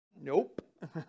Nope